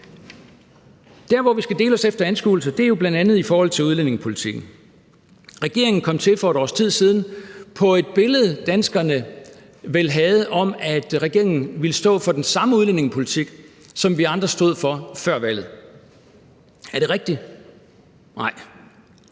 Der, hvor vi skal dele os efter anskuelser, er jo bl.a. i forhold til udlændingepolitikken. Regeringen kom til for et års tid siden på et billede, danskerne vel havde om, at regeringen ville stå for den samme udlændingepolitik, som vi andre stod for før valget. Er det rigtigt? Nej,